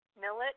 millet